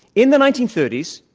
in the nineteen thirty s,